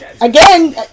again